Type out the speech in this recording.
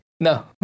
No